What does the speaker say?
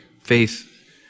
faith